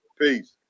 Peace